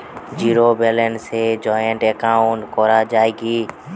Zero ব্যালেন্সে joint account করা য়ায় কি?